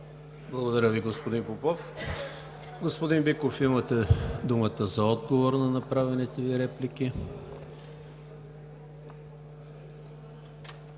Благодаря Ви, господин Попов. Господин Биков, имате думата за отговор на направените Ви реплики.